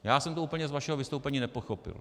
Já jsem to úplně z vašeho vystoupení nepochopil.